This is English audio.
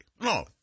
No